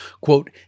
Quote